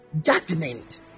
judgment